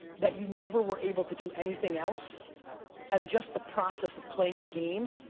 that you never were able to do anything else and just the process of playing the game,